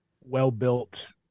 well-built